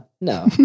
No